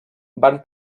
van